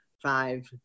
five